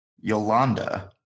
Yolanda